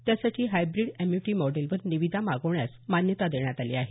त्यासाठी hybrid annuity मॉडेलवर निविदा मागवण्यास मान्यता देण्यात आली आहे